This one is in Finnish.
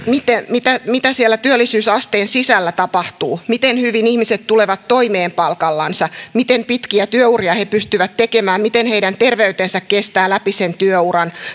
mitä mitä siellä työllisyysasteen sisällä tapahtuu miten hyvin ihmiset tulevat toimeen palkallansa miten pitkiä työuria he pystyvät tekemään miten heidän terveytensä kestää läpi sen työuran